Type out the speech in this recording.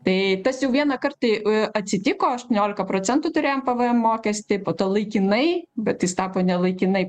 tai tas jau vieną kartą atsitiko aštuoniolika procentų turėjom pvm mokestį po to laikinai bet jis tapo nelaikinai